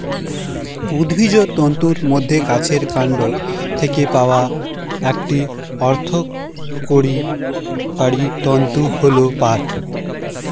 উদ্ভিজ্জ তন্তুর মধ্যে গাছের কান্ড থেকে পাওয়া একটি অর্থকরী তন্তু হল পাট